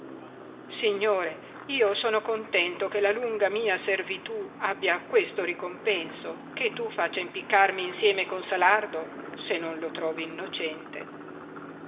signore io sono contento che la lunga mia servitù abbia questo ricompenso che tu faccia impiccarmi insieme con salardo se non lo trovi innocente